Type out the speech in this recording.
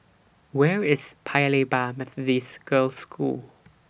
Where IS Paya Lebar Methodist Girls' School